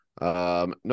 No